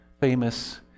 famous